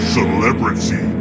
Celebrity